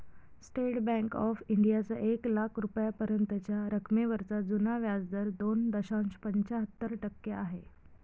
state bank of इंडियाचा एक लाख रुपयांपर्यंतच्या रकमेवरचा जुना व्याजदर दोन दशांश पंच्याहत्तर टक्के आहे